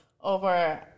over